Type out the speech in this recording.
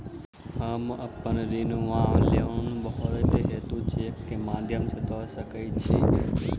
हम अप्पन ऋण वा लोन भरबाक हेतु चेकक माध्यम सँ दऽ सकै छी?